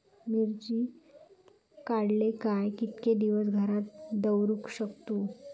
मिर्ची काडले काय कीतके दिवस घरात दवरुक शकतू?